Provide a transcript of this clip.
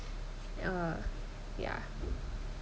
uh ya